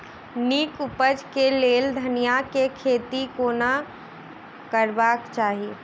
नीक उपज केँ लेल धनिया केँ खेती कोना करबाक चाहि?